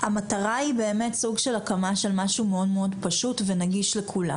המטרה היא סוג של הקמה של משהו מאוד מאוד פשוט ונגיש לכולם,